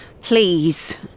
Please